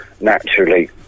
naturally